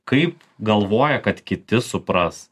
kaip galvoja kad kiti supras